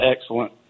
excellent